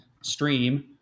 stream